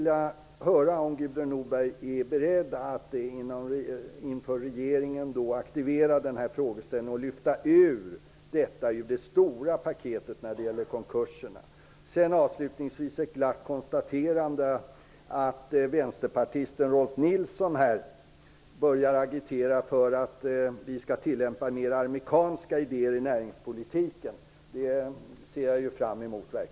Jag undrar om Gudrun Norberg är beredd att aktivera den här frågeställningen inför regeringen och lyfta upp detta ur det stora paketet om konkurserna. Avslutningsvis konstaterar jag glatt att vänsterpartisten Rolf L Nilson börjar agitera för att vi skall tillämpa fler amerikanska idéer i näringspolitiken. Jag ser verkligen fram emot det.